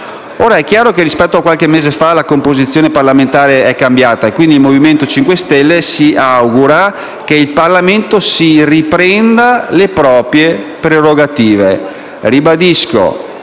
Ora è chiaro che, rispetto a qualche mese fa, la composizione parlamentare è cambiata e quindi il Movimento 5 Stelle si augura che il Parlamento si riprenda le proprie prerogative.